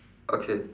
okay